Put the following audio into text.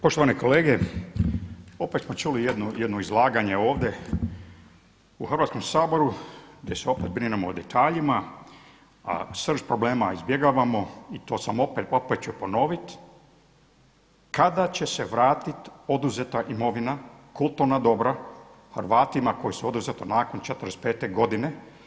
Poštovane kolege, opet smo čuli jedno izlaganje ovdje u Hrvatskom saboru gdje se opet brinemo o detaljima, a srž problema izbjegavamo i to ću opet ponoviti kada će se vratit oduzeta imovina, kulturna dobra Hrvatima kojima su oduzeti nakon '45. godine.